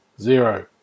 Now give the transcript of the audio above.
zero